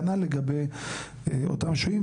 כנ"ל לגבי אותם שוהים.